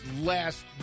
last